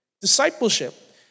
Discipleship